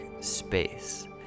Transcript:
space